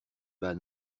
bas